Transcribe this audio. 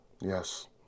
Yes